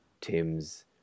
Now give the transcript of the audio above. Tims